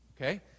okay